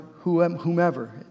whomever